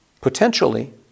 potentially